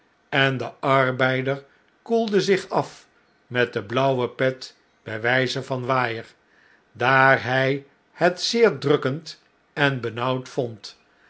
en de arbeider koelde zich af met de blauwe pet bij wjjze van waaier daar htf het zeer drukkend en benauwd vond